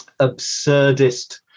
absurdist